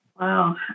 Wow